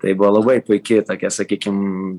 tai buvo labai puiki tokia sakykim